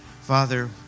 Father